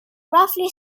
roughly